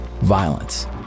Violence